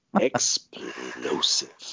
explosive